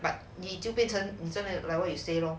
but 你就变成你真的 like what you stay lor